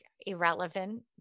irrelevant